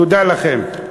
תודה לכם.